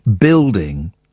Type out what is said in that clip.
building